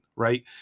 right